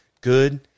good